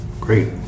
Great